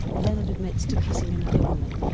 leonard admits to kissing another woman,